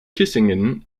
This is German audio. kissingen